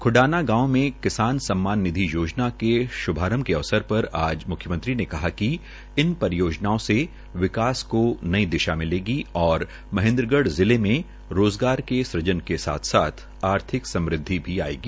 ख्डाना गांव में किसान सममान निधि योजना के श्भारंभ के अवसर पर आज म्ख्मयंत्री ने कहा कि इन परियोजनाओं से विकास को नई दिशा मिलेगी और महेन्द्रगढ़ जिले में रोज़गार के सुजन के साथ साथ आर्थिक समृदवि भी मिलेगी